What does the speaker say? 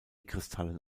kristallen